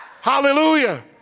Hallelujah